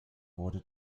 wurde